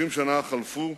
30 שנה חלפו,